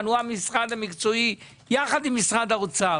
כי הוא המשרד המקצועי יחד עם משרד האוצר.